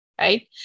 right